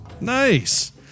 Nice